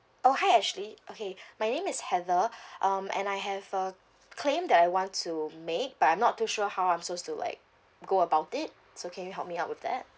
oh hi ashley okay my name is heather um and I have a claim that I want to make but I'm not too sure how am I supposed to like go about it so can you help me out with that